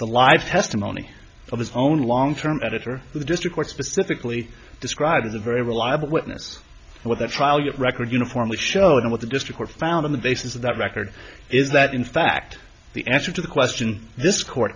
the live testimony of his own long term editor the district or specifically described as a very reliable witness with a trial yet record uniformly showing what the district were found on the basis of that record is that in fact the answer to the question this court